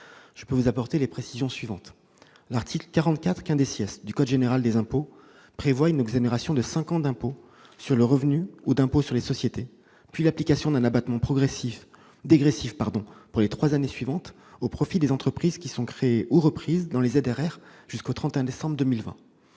Je veux vous apporter les précisions suivantes : l'article 44 du code général des impôts prévoit une exonération de cinq ans d'impôt sur le revenu ou d'impôt sur les sociétés, puis l'application d'un abattement dégressif pour les trois années suivantes, au profit des entreprises qui sont créées ou reprises dans les ZRR jusqu'au 31 décembre 2020.